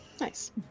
Nice